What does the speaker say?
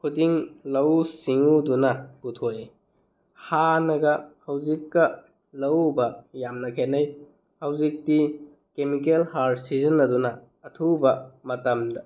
ꯈꯨꯗꯤꯡ ꯂꯧꯎ ꯁꯤꯡꯎꯗꯨꯅ ꯄꯨꯊꯣꯛꯏ ꯍꯥꯟꯅꯒ ꯍꯧꯖꯤꯛꯀ ꯂꯧꯎꯕ ꯌꯥꯝꯅ ꯈꯦꯠꯅꯩ ꯍꯧꯖꯤꯛꯇꯤ ꯀꯦꯃꯤꯀꯦꯜ ꯍꯥꯔ ꯁꯤꯖꯤꯟꯅꯗꯨꯅ ꯑꯊꯨꯕ ꯃꯇꯝꯗ